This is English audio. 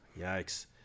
Yikes